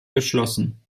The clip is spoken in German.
geschlossen